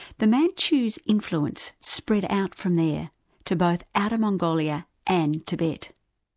the manchus' influence spread out from there to both outer mongolia and tibet.